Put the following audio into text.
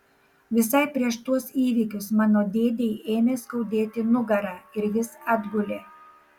visai prieš tuos įvykius mano dėdei ėmė skaudėti nugarą ir jis atgulė